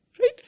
right